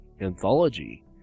anthology